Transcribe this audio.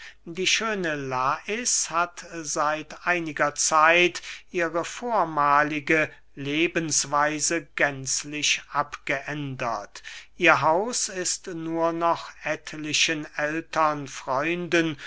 die schöne lais hat seit einiger zeit ihre vormahlige lebensweise gänzlich abgeändert ihr haus ist nur noch etlichen ältern freunden